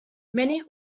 many